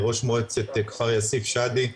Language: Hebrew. ראש מועצת כפר יאסיף - שאדי,